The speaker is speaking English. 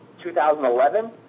2011